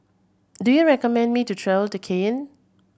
do you recommend me to travel to Cayenne